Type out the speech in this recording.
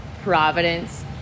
Providence